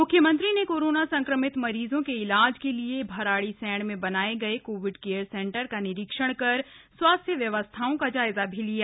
मुख्यमंत्री ने कोरोना संक्रमित मरीजों के इलाज के लिए भराड़ीसेंण में बनाए गए कोविड केयर सेंटर का निरीक्षण कर स्वास्थ्य व्यवस्थाओं का जायजा भी लिया